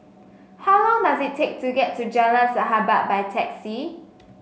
how long does it take to get to Jalan Sahabat by taxi